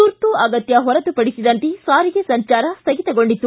ತುರ್ತು ಅಗತ್ಯ ಹೊರತುಪಡಿಸಿದಂತೆ ಸಾರಿಗೆ ಸಂಜಾರ ಸ್ಟಗಿತಗೊಂಡಿತ್ತು